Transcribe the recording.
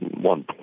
one